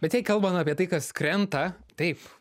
bet jei kalbant apie tai kas krenta taip